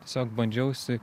tiesiog bandžiausi